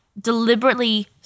deliberately